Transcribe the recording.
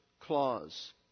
clause